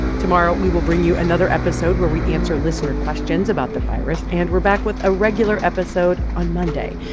tomorrow we will bring you another episode where we answer listener questions about the virus. and we're back with a regular episode on monday.